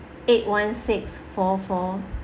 eight one six four four